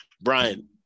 Brian